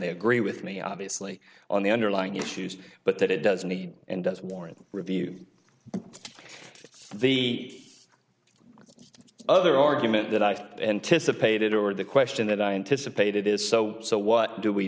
they agree with me obviously on the underlying issues but that it does need and does warrant review the other argument that i've got anticipated or the question that i anticipated is so so what do we